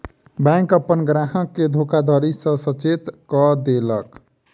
bank अपन ग्राहक के धोखाधड़ी सॅ सचेत कअ देलक